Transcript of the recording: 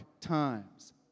times